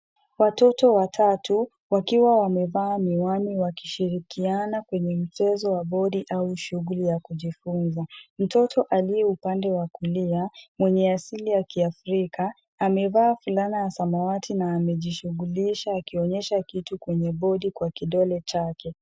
Watoto watatu wakiwa wamevaa miwani wakishirikiana kwenye mchezo wa bodi au shuguli ya kujifunza. Mtoto aliyeupande wa kulia mwenye asili ya kiafrika amevaa fulana ya samawati na amejishugulisha akionyesha kitu kwenye bodi kwa kidole chake.